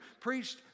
preached